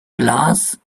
glass